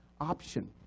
option